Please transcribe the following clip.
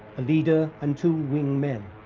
a leader and two wing men.